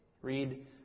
Read